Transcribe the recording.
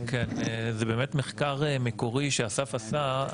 כן, זה באמת מחקר מקורי שאסף עשה.